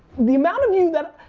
the amount of you that.